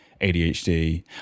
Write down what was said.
ADHD